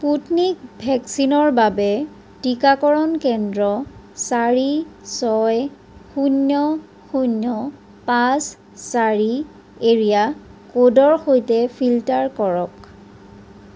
Sputnik ভেকচিনৰ বাবে টিকাকৰণ কেন্দ্ৰ চাৰি ছয় শূন্য শূন্য পাঁচ চাৰি এৰিয়া ক'ডৰ সৈতে ফিল্টাৰ কৰক